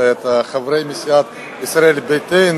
ואת חברי מסיעת ישראל ביתנו,